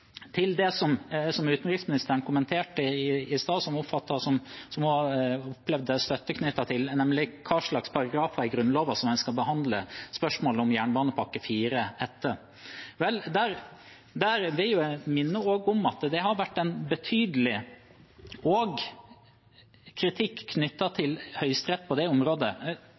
Til det utenriksministeren kommenterte i sted, og som hun har opplevd støtte knyttet til, nemlig hva slags paragrafer i Grunnloven en skal behandle spørsmålet om jernbanepakke IV etter: Jeg vil minne om at det også har vært en betydelig kritikk knyttet til Høyesterett på det området